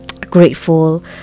grateful